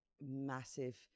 massive